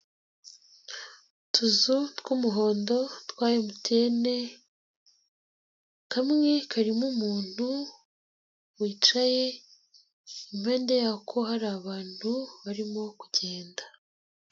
Utuzu tw'umuhondo twa MTN, kamwe karimo umuntu wicaye impande yako hari abantu barimo kugenda.